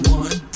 one